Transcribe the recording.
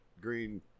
green